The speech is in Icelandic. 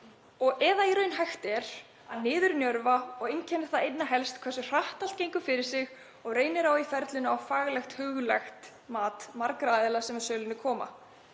og/eða í raun hægt að niðurnjörva og einkennir það einna helst hversu hratt allt gengur fyrir sig og reynir í ferlinu á faglegt og huglægt mat margra aðila sem að sölunni koma.